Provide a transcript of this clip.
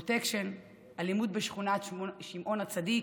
פרוטקשן, אלימות בשכונת שמעון הצדיק,